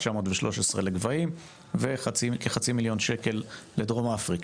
913,000 ל"גבהים", וכחצי מיליון שקל לדרום אפריקה.